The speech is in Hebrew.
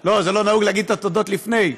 לא נהוג להגיד את התודות לפני.